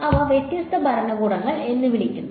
അവയെ വ്യത്യസ്ത ഭരണകൂടങ്ങൾ എന്ന് വിളിക്കുന്നു